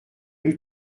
rue